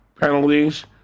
penalties